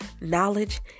knowledge